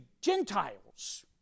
Gentiles